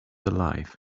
alive